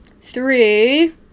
three